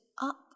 up